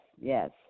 yes